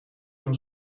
toen